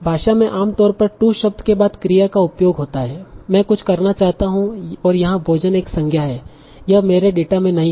भाषा में आमतौर पर to शब्द के बाद क्रिया का उपयोग होता है मैं कुछ करना चाहता हूं और यहां भोजन एक संज्ञा है यह मेरे डेटा में नहीं होगा